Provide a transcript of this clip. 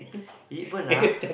even ah